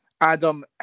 Adam